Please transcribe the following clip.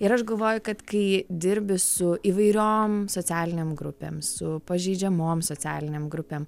ir aš galvoju kad kai dirbi su įvairiom socialinėm grupėm su pažeidžiamom socialinėm grupėm